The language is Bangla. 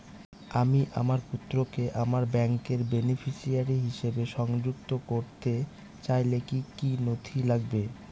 আমি আমার পুত্রকে আমার ব্যাংকের বেনিফিসিয়ারি হিসেবে সংযুক্ত করতে চাইলে কি কী নথি লাগবে?